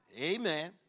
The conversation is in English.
Amen